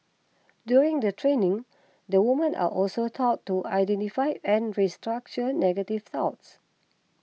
during the training the women are also taught to identify and restructure negative thoughts